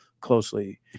closely